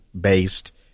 based